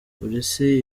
polisi